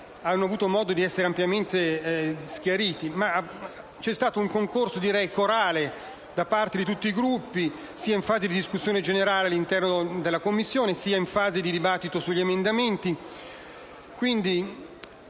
hanno avuto modo di essere ampiamente schiariti. C'è stato un concorso corale da parte di tutti i Gruppi, sia in fase di discussione generale all'interno della Commissione sia in fase di dibattito sugli emendamenti.